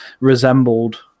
resembled